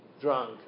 drunk